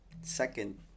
second